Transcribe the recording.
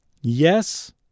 yes